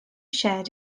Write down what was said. shared